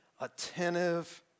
attentive